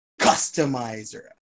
customizer